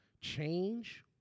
change